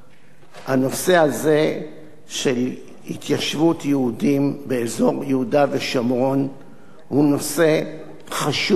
הנושא הזה של התיישבות יהודים באזור יהודה ושומרון הוא נושא חשוב ביותר,